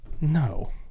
no